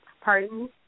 Pardon